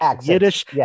yiddish